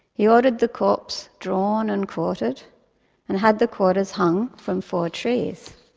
he ordered the corpse drawn and quartered and had the quarters hung from four trees.